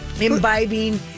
imbibing